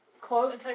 Close